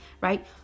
right